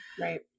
Right